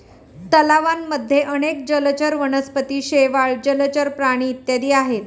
तलावांमध्ये अनेक जलचर वनस्पती, शेवाळ, जलचर प्राणी इत्यादी आहेत